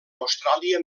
austràlia